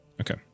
Okay